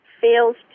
fails